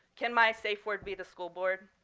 can my safe word be the school board?